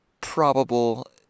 probable